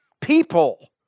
People